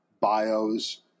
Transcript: bios